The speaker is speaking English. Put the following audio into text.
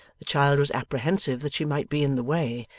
the child was apprehensive that she might be in the way,